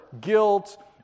guilt